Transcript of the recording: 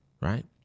Right